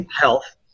health